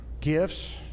gifts